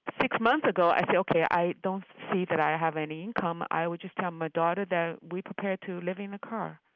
six months ago, i say ok, i don't see that i have any income, i would just tell my daughter that we're prepared to live in a car,